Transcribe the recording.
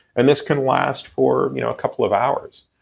and this can last for you know a couple of hours.